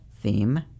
theme